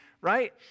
right